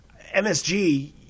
MSG